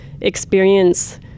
experience